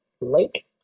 Lake